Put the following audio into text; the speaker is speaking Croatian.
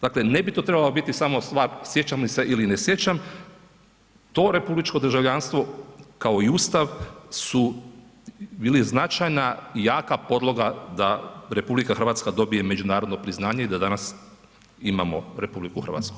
Dakle, ne bi to trebala biti samo stvar sjećam li se ili ne sjećam, to republičko državljanstvo kao i ustav su bili značajna jaka podloga da RH dobije međunarodno priznaje i da danas imamo RH.